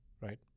right